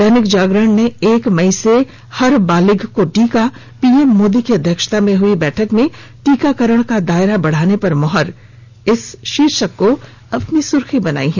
दैनिक जागरण ने एक मई से हर बालिग को टीका पीएम मोदी की अध्यक्षता में हई बैठक में टीकाकरण का दायरा बढ़ाने पर मुहर शीर्षक को अपनी सुर्खी बनाई है